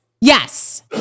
Yes